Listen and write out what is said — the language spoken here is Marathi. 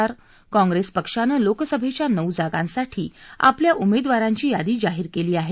आर काँग्रेस पक्षानं लोकसभेच्या नऊ जागांसाठी आपल्या उमेदवारांची यादी जाहीर केली आहे